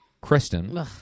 Kristen